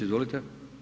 Izvolite.